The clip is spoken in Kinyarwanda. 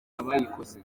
abayikoze